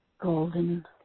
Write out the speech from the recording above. golden